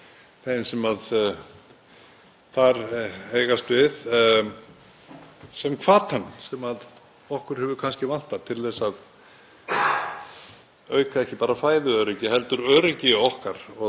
til að auka, ekki bara fæðuöryggi heldur öryggi okkar og öryggistilfinningu okkar því að eðlilega eru margir hér í vanlíðan og kvíðnir yfir því sem er að gerast í heiminum.